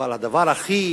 אבל הדבר הכי